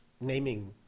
naming